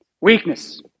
Weakness